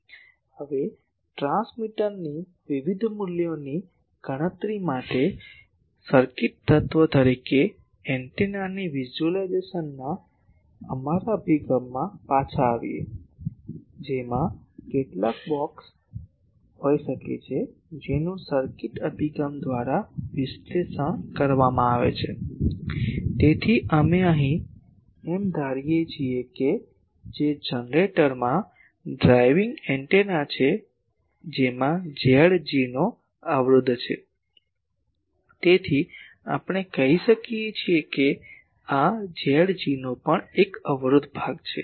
હવે ટ્રાન્સમીટરના વિવિધ મૂલ્યોની ગણતરી માટે સર્કિટ તત્વ તરીકે એન્ટેનાની વિઝ્યુલાઇઝિંગના અમારા અભિગમમાં પાછા આવીએ જેમાં કેટલાક બ્લોક્સ હોઈ શકે છે જેનું સર્કિટ અભિગમ દ્વારા વિશ્લેષણ કરવામાં આવે છે તેથી અમે અહીં એમ ધારી રહ્યા છીએ કે જે જનરેટરમાં ડ્રાઇવિંગ એન્ટેના છે તેમાં Zg નો અવરોધ છે તેથી આપણે કહી શકીએ કે આ Zg નો પણ એક અવરોધક ભાગ છે